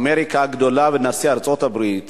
אמריקה הגדולה, נשיא ארצות-הברית,